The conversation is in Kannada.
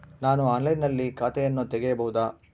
ನಾನು ಆನ್ಲೈನಿನಲ್ಲಿ ಖಾತೆಯನ್ನ ತೆಗೆಯಬಹುದಾ?